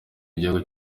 igihugu